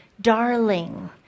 darling